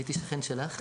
הייתי שכן שלך,